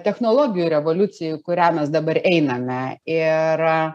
technologijų revoliuciją į kurią mes dabar einame ir